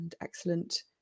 excellent